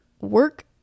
work